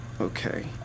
Okay